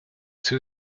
two